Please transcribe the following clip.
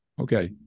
Okay